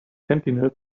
sentinels